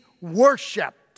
worshipped